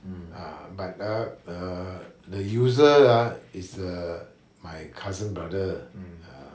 ah but ah the user ah is err my cousin brother ya